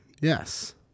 Yes